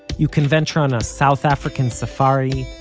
you can venture on a south african safari,